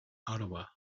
ottawa